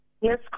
Yes